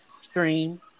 stream